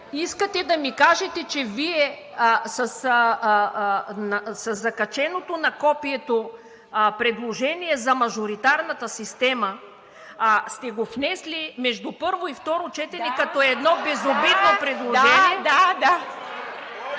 Искате да ми кажете, че Вие със закаченото на копието предложение за мажоритарната система сте го внесли между първо и второ четене като едно безобидно предложение? ИВА МИТЕВА: